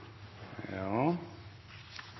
Ja,